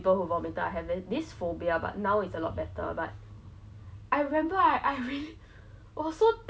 and the thing we heard they catered the food I'm not even sure I don't think from singapore lah cannot cater food from is I don't know